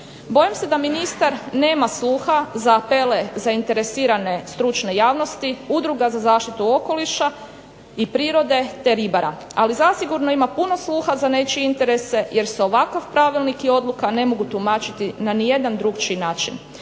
Bojim se da ministar nema sluha za apele zainteresirane stručne javnosti, udruga za zaštitu okoliša i prirode, te ribara. Ali zasigurno ima puno sluha za nečije interese jer se ovakav pravilnik i odluka ne mogu tumačiti na ni jedan drukčiji način.